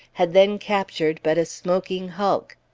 had then captured but a smoking hulk.